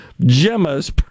Gemma's